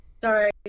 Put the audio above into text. Sorry